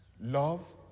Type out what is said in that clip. love